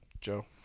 Joe